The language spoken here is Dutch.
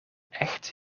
echt